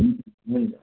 हुन्छ